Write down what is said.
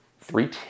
three